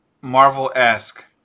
Marvel-esque